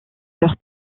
leur